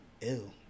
ew